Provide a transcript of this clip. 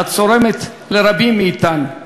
הצורמת לרבים מאתנו,